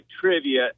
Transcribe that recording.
trivia